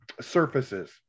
surfaces